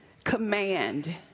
Command